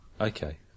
Okay